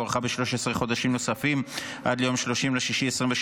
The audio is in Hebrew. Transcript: והוארכה ב-13 חודשים נוספים עד ליום 30 ביוני 2023,